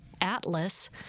Atlas